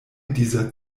dieser